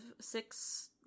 six